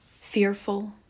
fearful